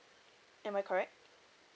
am I correct